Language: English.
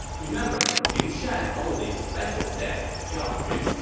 remember, liu shan owed a special debt to zhao yun,